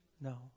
No